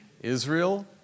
Israel